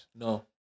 No